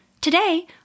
Today